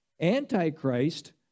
Antichrist